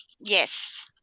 yes